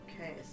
Okay